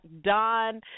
Don